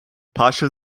partial